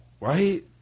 Right